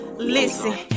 Listen